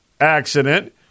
accident